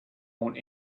want